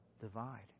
divide